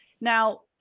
Now